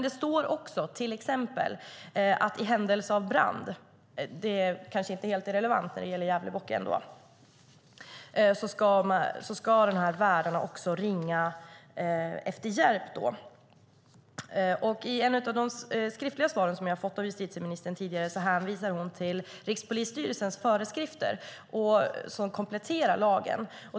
Det står dock också att i händelse av till exempel brand - detta är kanske inte helt irrelevant när det gäller just Gävlebocken - ska värdarna också ringa efter hjälp. I ett av de skriftliga svar som jag tidigare har fått av justitieministern hänvisar hon till Rikspolisstyrelsens föreskrifter, som kompletterar lagen.